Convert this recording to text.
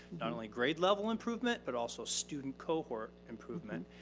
not only grade level improvement, but also student cohort improvement.